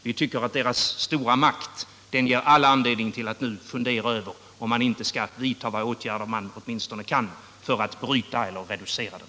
Vi tycker att oljebolagens stora makt ger all anledning att nu fundera över om man inte skall vidta de åtgärder man kan för att bryta eller reducera den.